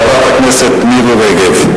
חברת הכנסת מירי רגב,